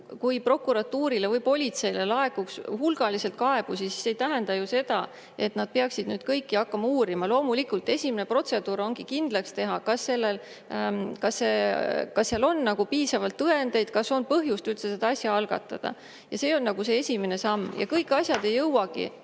Kui prokuratuurile või politseile laekuks hulgaliselt kaebusi, siis see ei tähenda ju seda, et nad peaksid kõiki hakkama uurima. Loomulikult, esimene protseduur ongi kindlaks teha, kas seal on piisavalt tõendeid, kas on põhjust üldse seda asja algatada. See on nagu esimene samm. Ja kõik asjad ei jõuagi